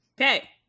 Okay